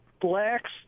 blacks